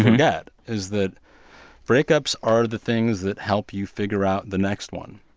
forget is that breakups are the things that help you figure out the next one.